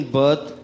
birth